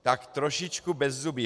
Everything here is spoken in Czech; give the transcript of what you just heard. Tak trošičku bezzubý.